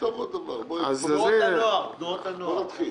תנועות הנוער, תנועות הנוער.